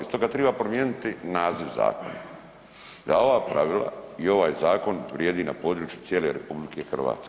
Stoga triba promijeniti naziv zakona, da ova pravila i ovaj zakon vrijedi na području cijele RH.